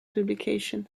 publication